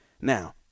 Now